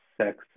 sex